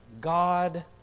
God